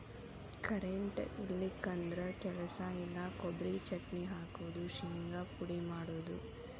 current ಇಲ್ಲಿಕಂದ್ರ ಕೆಲಸ ಇಲ್ಲಾ, ಕೊಬರಿ ಚಟ್ನಿ ಹಾಕುದು, ಶಿಂಗಾ ಪುಡಿ ಮಾಡುದು